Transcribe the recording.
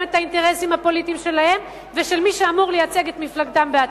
את האינטרסים הפוליטיים שלהם ושל מי שאמור לייצג את מפלגתם בעתיד.